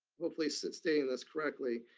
hopefully so stating this correctly.